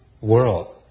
world